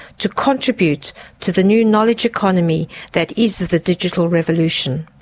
to contribute to the new knowledge economy that is the digital revolution.